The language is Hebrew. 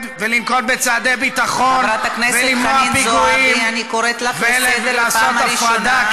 ולנקוט צעדי ביטחון ולמנוע פיגועים ולעשות הפרדה,